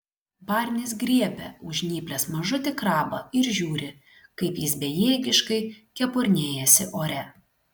barnis griebia už žnyplės mažutį krabą ir žiūri kaip jis bejėgiškai kepurnėjasi ore